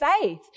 faith